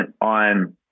on